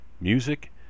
music